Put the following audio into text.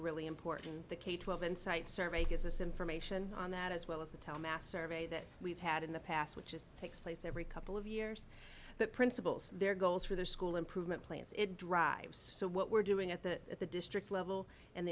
really important the k twelve insight survey gives us information on that as well as the tell mass survey that we've had in the past which is takes place every couple of years that principals their goals for their school improvement plans it drives so what we're doing at the at the district level and